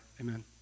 Amen